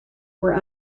were